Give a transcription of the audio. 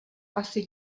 asi